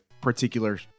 particular